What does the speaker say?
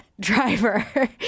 driver